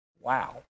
Wow